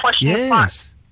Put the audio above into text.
Yes